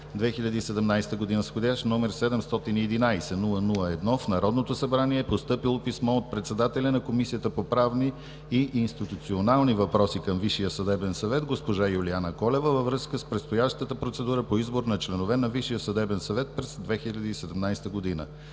2017 г. с входящ № 711-00-1 в Народното събрание е постъпило писмо от председателя на Комисията по правни и институционални въпроси към Висшия съдебен съвет госпожа Юлиана Колева във връзка с предстоящата процедура по избор на членове на Висшия съдебен съвет през 2017 г.,